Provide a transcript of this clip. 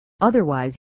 Otherwise